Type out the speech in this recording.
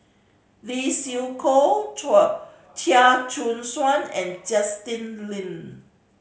Lee Siew Choh Chia Choo Suan and Justin Lean